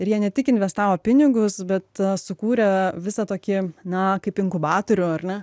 ir jie ne tik investavo pinigus bet sukūrė visą tokį na kaip inkubatorių ar ne